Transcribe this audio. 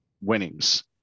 winnings